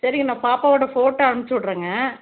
சரிங்க நான் பாப்பாவோடய ஃபோட்டோ அனுப்பிச்சு விட்றேங்க